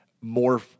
more